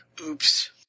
Oops